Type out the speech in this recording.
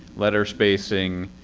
letter spacing.